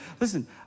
Listen